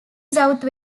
south